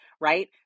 right